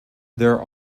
there